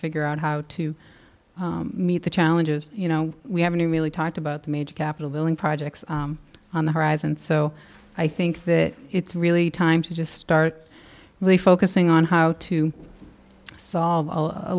figure out how to meet the challenges you know we haven't really talked about the major capital building projects on the horizon so i think that it's really time to just start with a focusing on how to solve a